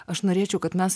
aš norėčiau kad mes